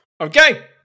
Okay